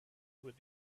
with